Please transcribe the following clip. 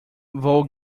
vou